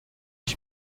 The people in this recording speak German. ich